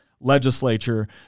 legislature